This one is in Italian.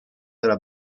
della